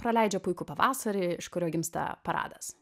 praleidžia puikų pavasarį iš kurio gimsta paradas